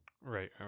Right